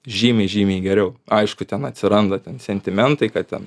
žymiai žymiai geriau aišku ten atsiranda ten sentimentai kad ten